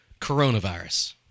coronavirus